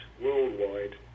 Worldwide